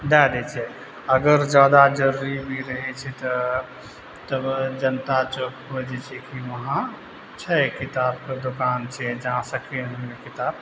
दे दै छै अगर जादा जरूरी भी रहै छै तऽ तभ जनता चौक पर जे छै कि उहाँ छै किताब के दुकान छै जहाँ सेकेन्ड हेन्ड किताब